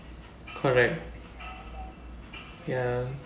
correct ya